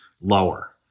lower